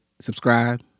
subscribe